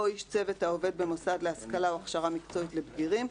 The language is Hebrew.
או של איש צוות העובד במוסד להשכלה או הכשרה מקצועית לבגירים,